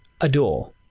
adore